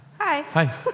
Hi